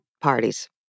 parties